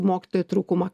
mokytojų trūkumą